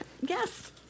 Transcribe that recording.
yes